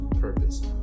purpose